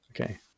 Okay